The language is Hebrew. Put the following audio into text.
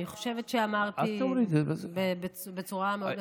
אני חושבת שאמרתי בצורה מאוד מפורטת.